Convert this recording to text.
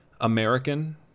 American